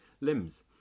limbs